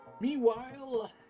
Meanwhile